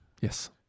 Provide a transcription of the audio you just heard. Yes